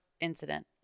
incident